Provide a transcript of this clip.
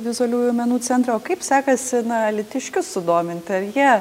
vizualiųjų menų centrą o kaip sekasi alytiškius sudominti ar jie